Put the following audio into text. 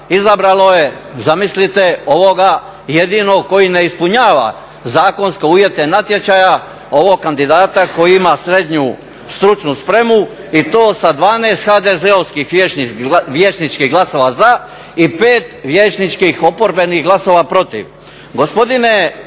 izabralo je, zamislite, ovoga jedinog koji ne ispunjava zakonske uvjete natječaja, ovog kandidata koji ima srednju stručnu spremu i to sa 12 HDZ-ovskih vijećničkih glasova za i 5 vijećničkih oporbenih glasova protiv.